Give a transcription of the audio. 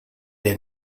der